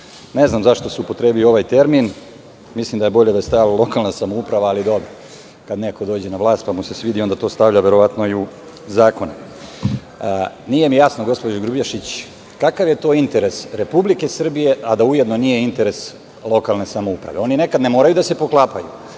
Ne znam zašto se upotrebio ovaj termin. Mislim da je bolje da je stajalo lokalna samouprava, ali dobro. Kada neko dođe na vlast onda mu se to svidi pa verovatno i u zakonu. Nije mi jasno gospođo Grubješić kakav je to interes Republike Srbije a da ujedno nije interes lokalne samouprave? Oni nekad ne moraju da se poklapaju,